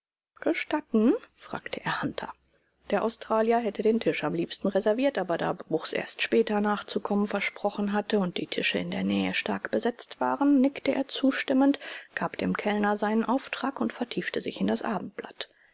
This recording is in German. gestatten fragte er hunter der australier hätte den tisch am liebsten reserviert aber da bruchs erst später nachzukommen versprochen hatte und die tische in der nähe stark besetzt waren nickte er zustimmend gab dem kellner seinen auftrag und vertiefte sich in das abendblatt